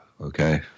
Okay